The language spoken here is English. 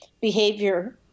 behavior